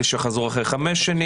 אלה שחזרו אחרי חמש שנים?